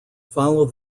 follow